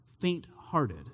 faint-hearted